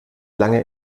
lange